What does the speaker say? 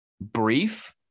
brief